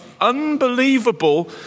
unbelievable